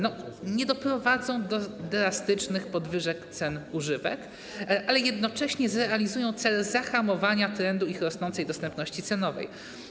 Nie doprowadzą do drastycznych podwyżek cen używek, ale jednocześnie zrealizują cel zahamowania trendu ich rosnącej dostępności cenowej.